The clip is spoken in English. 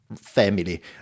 family